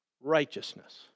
Righteousness